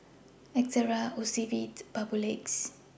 Ezerra Ocuvite and Papulex